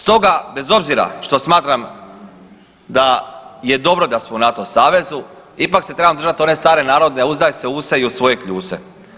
Stoga bez obzira što smatram da je dobro da smo u NATO savezu ipak se trebamo držati one stare narodne, uzdaj se use i u svoje kljuse.